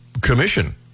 commission